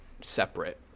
separate